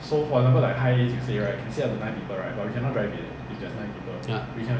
but if you are those people who just got your license the past ten years right they remove this word